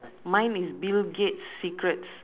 mine is bill gates' secrets